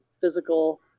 physical